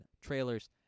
trailers